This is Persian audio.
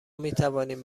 میتوانیم